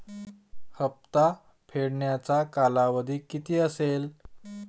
हप्ता फेडण्याचा कालावधी किती असेल?